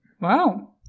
Wow